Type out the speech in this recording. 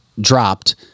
dropped